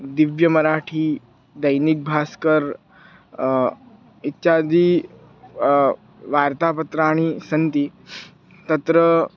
दिव्यमराठी दैनिक् भास्कर् इत्यादि वार्तापत्राणि सन्ति तत्र